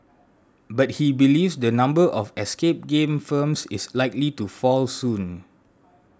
but he believes the number of escape game firms is likely to fall soon